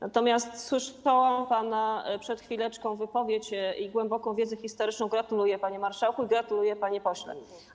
Natomiast słyszałam przed chwileczką pana wypowiedź i głęboką wiedzę historyczną - gratuluję, panie marszałku, i gratuluję, panie pośle.